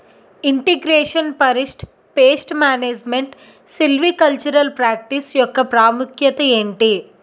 integration forest pest management silvicultural practice యెక్క ప్రాముఖ్యత ఏంటి